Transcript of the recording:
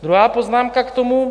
Druhá poznámka k tomu.